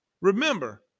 Remember